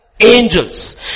Angels